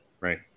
right